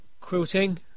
quilting